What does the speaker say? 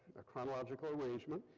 a chronological arrangement,